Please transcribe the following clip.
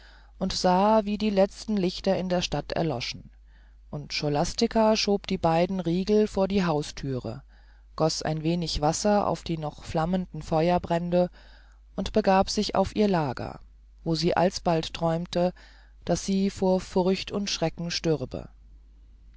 und sah wie die letzten lichter in der stadt erloschen und scholastica schob die beiden großen riegel vor die hausthüre goß ein wenig wasser auf die noch flammenden feuerbrände und begab sich auf ihr lager wo sie alsbald träumte daß sie vor furcht und schrecken stürbe